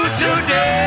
Today